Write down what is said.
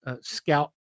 scout